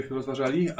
rozważali